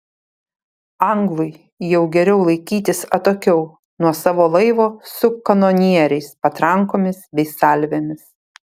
anglui jau geriau laikytis atokiau nuo savo laivo su kanonieriais patrankomis bei salvėmis